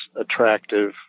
attractive